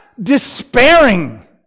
despairing